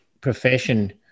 profession